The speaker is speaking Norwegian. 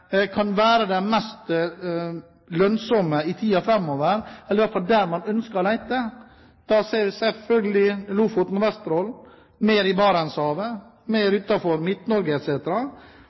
kan være de mest lønnsomme i tiden framover, eller i hvert fall der man ønsker å lete. Da ser vi selvfølgelig Lofoten og Vesterålen, mer i Barentshavet, mer